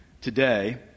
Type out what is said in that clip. today